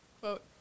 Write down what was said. quote